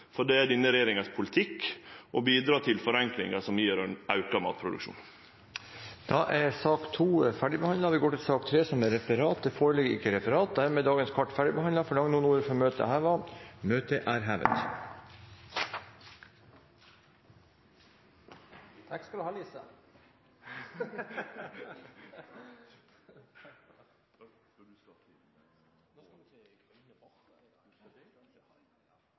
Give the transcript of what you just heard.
denne regjeringa har som politikk å bidra til forenklingar som gjev auka matproduksjon. Sak nr. 2 er dermed ferdigbehandlet. Det foreligger ikke noe referat. Dermed er dagens kart ferdigbehandlet. Forlanger noen ordet før møtet heves? – Møtet er hevet.